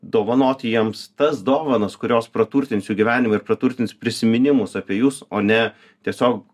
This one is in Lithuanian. dovanoti jiems tas dovanas kurios praturtins jų gyvenimą ir praturtins prisiminimus apie jus o ne tiesiog